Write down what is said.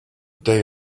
day